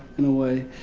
in a way.